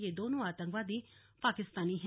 ये दोनों आतंकवादी पाकिस्तानी हैं